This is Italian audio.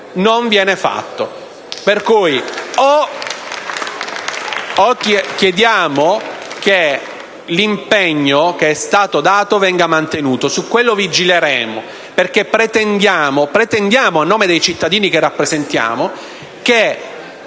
non viene fatto.